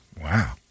Wow